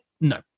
No